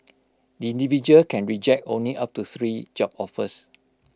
the individual can reject only up to three job offers